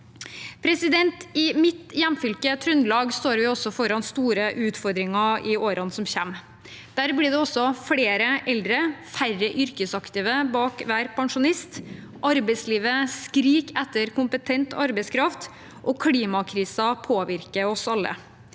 framover. I mitt hjemfylke, Trøndelag, står vi også foran store utfordringer i årene som kommer. Der blir det også flere eldre og færre yrkesaktive bak hver pensjonist. Arbeidslivet skriker etter kompetent arbeidskraft, og klimakrisen påvirker oss alle.